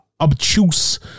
obtuse